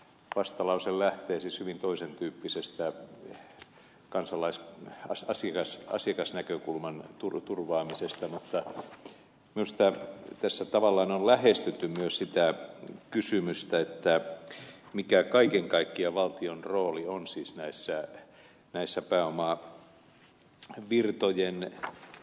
vastalause lähtee siis hyvin toisen tyyppisestä asiakasnäkökulman turvaamisesta mutta minusta tässä tavallaan on lähestytty myös sitä kysymystä mikä kaiken kaikkiaan valtion rooli on pääomavirtojen pehmentämisessä